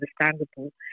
understandable